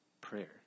prayer